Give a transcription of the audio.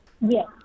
Yes